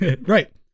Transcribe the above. Right